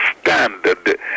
standard